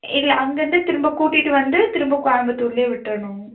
இல்லை அங்கேருந்து திரும்ப கூட்டிகிட்டு வந்து திரும்ப கோயம்புத்தூரில் விட்டுடணும்